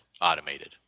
automated